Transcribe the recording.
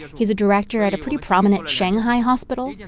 he's a director at a pretty prominent shanghai hospital. you know